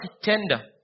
tender